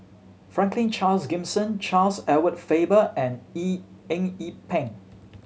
Franklin Charles Gimson Charles Edward Faber and Eng Yee Peng